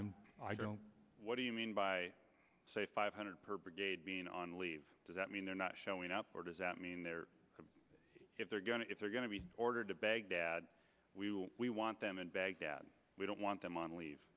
i'm i don't what do you mean by say five hundred per brigade being on leave does that mean they're not showing up or does that mean they're if they're going to if they're going to be ordered to baghdad we will we want them in baghdad we don't want them on leave